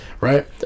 Right